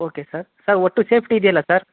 okay sir sir ಒಟ್ಟು safety ಇದೆಯಲ್ಲ sir